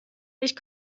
ich